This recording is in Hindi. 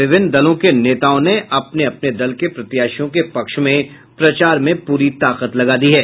विभिन्न दलों के नेताओं ने अपने दल के प्रत्याशियों के पक्ष में प्रचार में पूरी ताकत लगा दी है